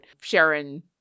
Sharon